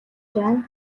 байна